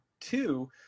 two